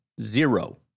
zero